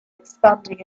expanding